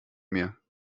mir